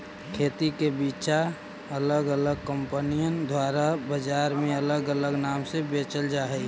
खेती के बिचा अलग अलग कंपनिअन द्वारा बजार में अलग अलग नाम से बेचल जा हई